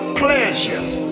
pleasures